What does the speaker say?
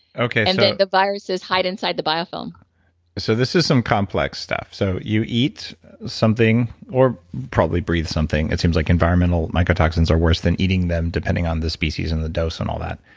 so the viruses hide inside the biofilm so this is some complex stuff. so, you eat something or probably breathe something. it seems like environmental mycotoxins are worse than eating them depending on the species and the dose and all that.